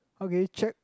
okay check